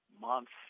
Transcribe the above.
months